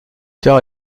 tard